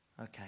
Okay